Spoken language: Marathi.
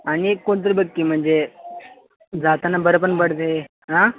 आणि एक कोणतरी बघ की म्हणजे जाताना बरं पण पडतं आहे आं